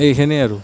এইখিনিয়ে আৰু